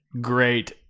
great